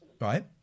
right